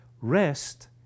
rest